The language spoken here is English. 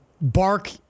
Bark